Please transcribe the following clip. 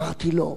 אמרתי לו: